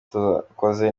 twakoze